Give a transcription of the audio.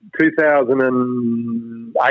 2008